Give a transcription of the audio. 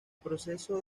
proceso